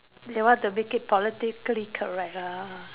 they want to make it politically correct lah